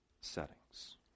settings